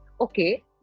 okay